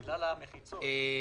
לא שמעתי.